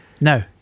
No